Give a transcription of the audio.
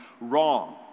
wrong